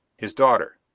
his daughter.